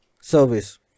service